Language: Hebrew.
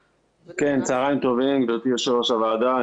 צוהריים טובים, גבירתי יושבת-ראש הוועדה.